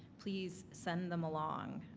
please send them along.